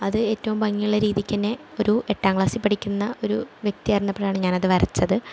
അത് ഏറ്റവും ഭംഗിയുള്ള രീതിക്കു തന്നെ ഒരു എട്ടാം ക്ലാസ്സിൽ പഠിക്കുന്ന ഒരു വ്യക്തിയായിരുന്നപ്പോഴാണ് ഞാനത് വരച്ചത്